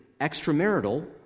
extramarital